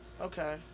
Okay